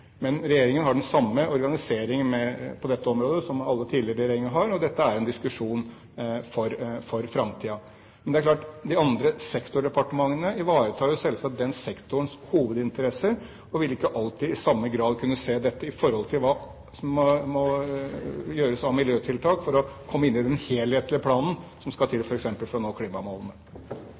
Men regjeringen har hatt den samme organisering på dette området som alle tidligere regjeringer har hatt, og dette er en diskusjon for framtiden. Det er klart at de andre sektordepartementene selvsagt ivaretar den sektorens hovedinteresser, og vil ikke alltid i samme grad kunne se hva som må gjøres av miljøtiltak for å komme inn i den helhetlige planen som skal til f.eks. for å nå klimamålene.